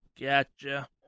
Gotcha